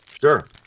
Sure